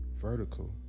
vertical